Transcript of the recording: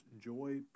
joy